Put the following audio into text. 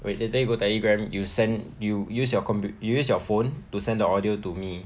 wait later you go Telegram you send you use your computer you use your phone to send the audio to me